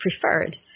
preferred